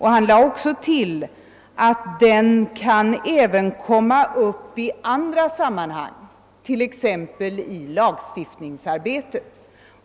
Han tillade att den även kan komma upp i andra sammanhang t.ex. i lagstiftningsarbetet.